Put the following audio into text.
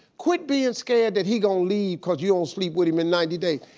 quit being scared that he's gonna leave cause you won't sleep with him in ninety days.